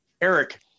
Eric